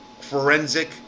forensic